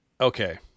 okay